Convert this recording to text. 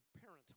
parent